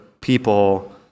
people